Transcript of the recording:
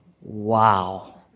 Wow